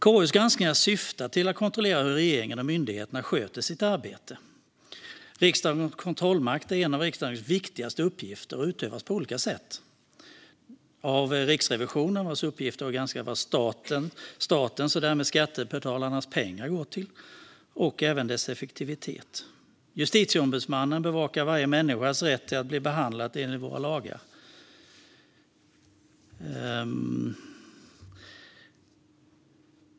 KU:s granskningar syftar till att kontrollera hur regeringen och myndigheterna sköter sitt arbete. Riksdagens kontrollmakt är en av riksdagens viktigaste uppgifter och utövas på olika sätt. Den utövas av Riksrevisionen, vars uppgift är att granska vad statens och därmed skattebetalarnas pengar går till och dess effektivitet. Och Justitieombudsmannen bevakar varje människas rätt att bli behandlad enligt våra lagar.